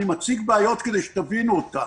אני מציג בעיות כדי שתבינו אותן.